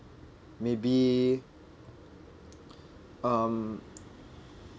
maybe um